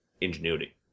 ingenuity